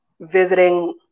visiting